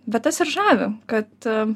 bet tas ir žavi kad